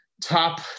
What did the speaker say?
top